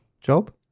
job